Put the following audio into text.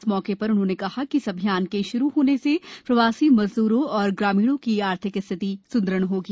इस मौके पर उन्होंने कहा कि इस अभियान के शुरू होने से प्रवासी मजदूरों और ग्रामीणों की आर्थिक स्थिति सुदृढ़ होगी